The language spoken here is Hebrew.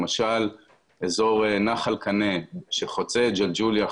למשל אזור נחל קנה שחוצה את ג'לג'וליה,